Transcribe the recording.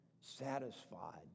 satisfied